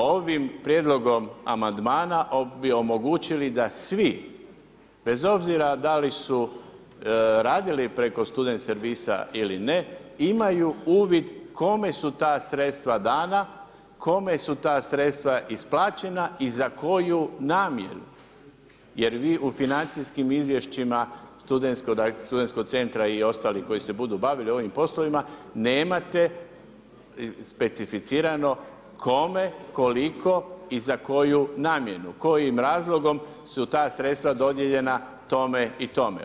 Ovim prijedlogom amandmana oni bi omogućili da svi, bez obzira da li su radili preko student servisa ili ne, imaju uvid kome su ta sredstva dana, kome su ta sredstva isplaćena i za koju namjenu jer vi u financijskim izvješćima studentskog centra i ostalih koji se budu bavili ovim poslovima nemate specificirano kome, koliko i za koju namjenu, kojim razlogom su ta sredstva dodijeljena tome i tome.